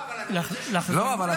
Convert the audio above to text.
אבל אני רוצה שישמעו כולם.